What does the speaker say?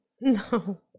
No